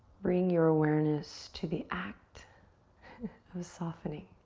bring your awareness to the act of softening?